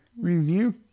Review